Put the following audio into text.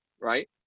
right